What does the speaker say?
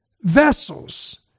vessels